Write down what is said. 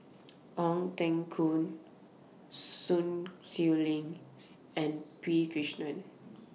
Ong Teng Koon Sun Xueling and P Krishnan